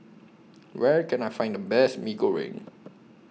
Where Can I Find The Best Mee Goreng